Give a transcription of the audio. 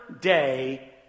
day